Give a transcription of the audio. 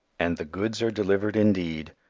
and the goods are delivered indeed!